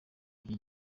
iki